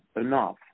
enough